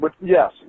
yes